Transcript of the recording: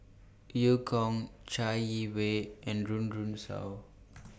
EU Kong Chai Yee Wei and Run Run Shaw